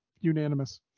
unanimous